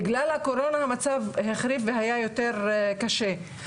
בגלל הקורונה המצב החריף והיה יותר קשה.